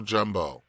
Jumbo